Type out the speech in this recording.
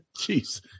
Jeez